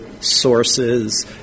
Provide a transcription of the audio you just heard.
sources